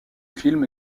film